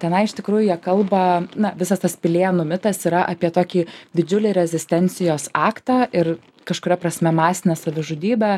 tenai iš tikrųjų jie kalba na visas tas pilėnų mitas yra apie tokį didžiulį rezistencijos aktą ir kažkuria prasme masinę savižudybę